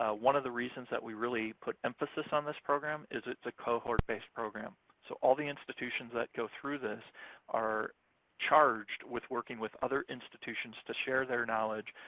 ah one of the reasons that we really put emphasis on this program is it's a cohort-based program. so all the institutions that go through this are charged with working with other institutions to share their knowledge,